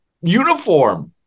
uniform